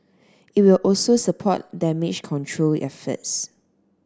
it will also support damage control efforts